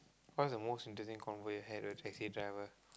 what's the most interesting convo you had with taxi driver